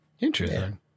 Interesting